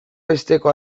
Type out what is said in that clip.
besteko